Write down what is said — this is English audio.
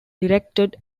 directed